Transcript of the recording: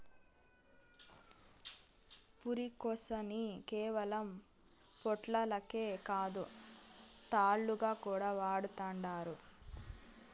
పురికొసని కేవలం పొట్లాలకే కాదు, తాళ్లుగా కూడా వాడతండారు